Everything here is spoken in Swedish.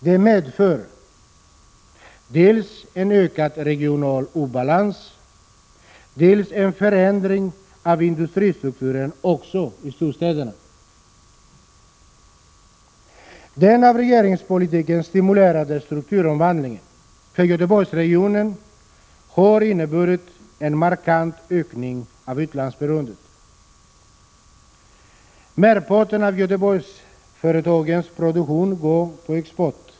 Det medför dels en ökad regional obalans, dels en förändring av industristrukturen också istorstäderna. Denna av regeringspolitiken stimulerade strukturomvandling för Göteborgsregionen har inneburit en markant ökning av utlandsberoendet. Merparten av Göteborgsföretagens produktion går på export.